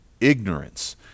ignorance